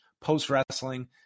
post-wrestling